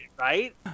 right